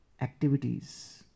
activities